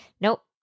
nope